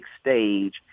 stage